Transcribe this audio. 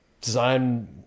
design